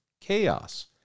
chaos